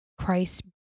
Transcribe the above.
Christ